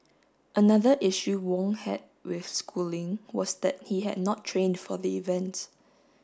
another issue Wong had with schooling was that he had not trained for the event